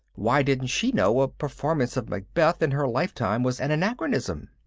why didn't she know a performance of macbeth in her lifetime was an anachronism?